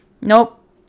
Nope